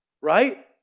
Right